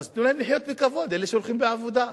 אז תנו להם לחיות בכבוד, לאלה שהולכים לעבודה.